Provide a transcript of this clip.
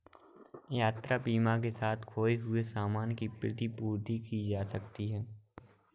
यात्रा बीमा के साथ खोए हुए सामान की प्रतिपूर्ति की जा सकती है